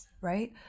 right